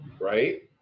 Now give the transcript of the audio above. right